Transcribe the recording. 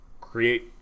create